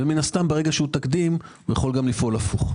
ומן הסתם ברגע שהוא תקדים הוא יכול גם לפעול הפוך.